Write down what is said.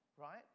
right